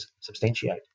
substantiate